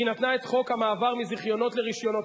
היא נתנה את חוק המעבר מזיכיונות לרשיונות,